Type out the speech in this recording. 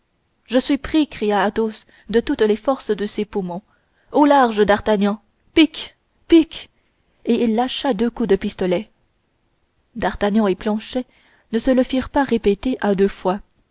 je suis pris cria athos de toutes les forces de ses poumons au large d'artagnan pique pique et il lâcha deux coups de pistolet d'artagnan et planchet ne se le firent pas répéter à deux fois